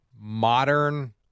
modern